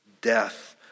death